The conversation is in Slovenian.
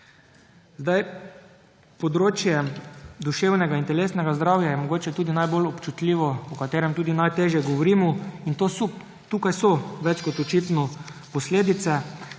Področje duševnega in telesnega zdravja je mogoče tudi najbolj občutljivo, o katerem tudi najtežje govorimo. Tukaj so več kot očitno posledice.